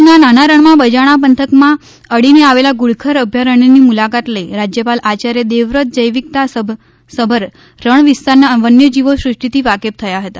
કચ્છના નાના રણમાં બજાણા પંથકમાં આવેલાને અડીને આવેલા ધુડખર અભયારણ્યની મુલાકાત લઈ રાજ્યપાલ આચાર્ય દેવવ્રત જૈવિકતા સભર રણ વિસ્તારની વન્યજીવ સૃષ્ટિથી વાકેફ થયા હતા